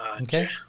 Okay